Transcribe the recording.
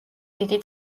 დიდი